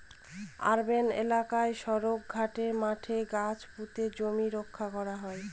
urban এলাকায় সড়ক, ঘাটে, মাঠে গাছ পুঁতে জমি রক্ষা করা হয়